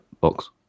box